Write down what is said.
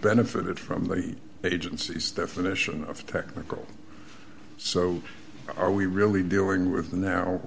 benefited from the agency's definition of technical so are we really dealing with the now